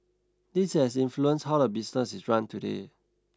this has influenced how the business is run today